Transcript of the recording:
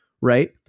right